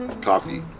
Coffee